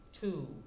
two